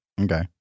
Okay